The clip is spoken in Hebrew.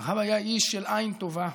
הרב היה איש של עין טובה.